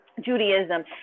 Judaism